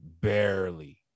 Barely